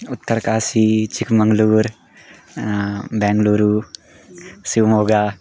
Uttarkashi Chikmagalur Bengaluru Shivamogga